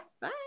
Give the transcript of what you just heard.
Bye